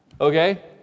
Okay